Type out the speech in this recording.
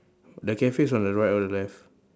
the cafe is on the right or the left